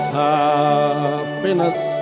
happiness